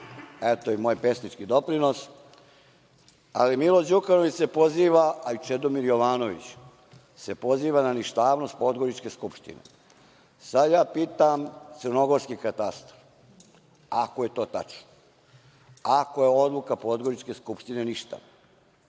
Eto, i moj pesnički doprinos. Ali, Milo Đukanović se poziva, a i Čedomir Jovanović, na ništavost Podgoričke skupštine. Sad ja pitam crnogorski katastar, ako je to tačno, ako je odluka Podgoričke skupštine ništavna,